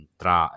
tra